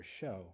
show